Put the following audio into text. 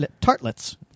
tartlets